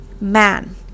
Man